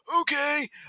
okay